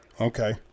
Okay